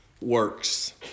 works